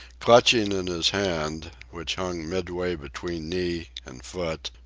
clutching in his hand, which hung midway between knee and foot,